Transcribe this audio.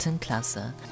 Klasse